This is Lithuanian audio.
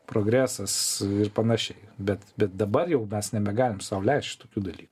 progresas ir panašiai bet bet dabar jau mes nebegalim sau leist šitokių dalykų